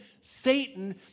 Satan